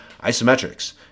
isometrics